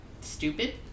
stupid